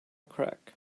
crack